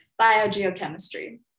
Biogeochemistry